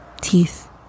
teeth